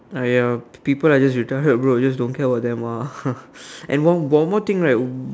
!aiya! people are just retarded bro just don't care about them ah and one more thing right